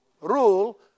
rule